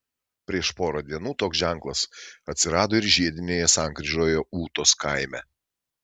prieš porą dienų toks ženklas atsirado ir žiedinėje sankryžoje ūtos kaime